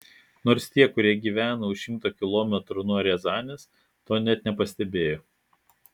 nors tie kurie gyvena už šimto kilometrų nuo riazanės to net nepastebėjo